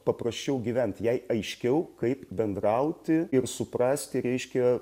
paprasčiau gyvent jai aiškiau kaip bendrauti ir suprasti reiškia